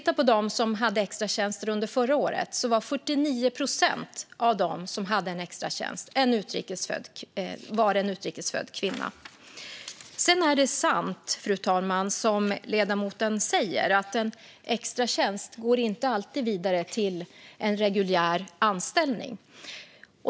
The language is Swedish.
Av dem som hade extratjänster under förra året var 49 procent utrikesfödda kvinnor. Fru talman! Sedan är det sant som ledamoten säger. En extratjänst går inte alltid vidare till en reguljär anställning.